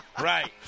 Right